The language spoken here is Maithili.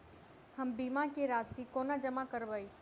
हम बीमा केँ राशि कोना जमा करबै?